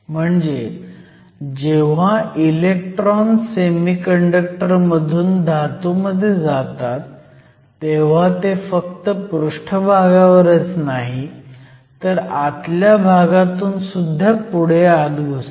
म्हणजे जेव्हा electron semiconductor मधून धातूमध्ये जातात तेव्हा ते फक्त पृष्ठभागावरच नाही तर आतल्या भागातून सुद्धा पुढे आत घुसतात